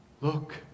Look